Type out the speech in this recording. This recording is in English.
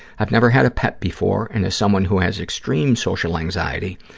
i've never had a pet before, and as someone who has extreme social anxiety,